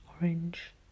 orange